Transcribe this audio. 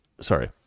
sorry